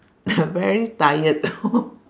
very tired